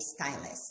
stylist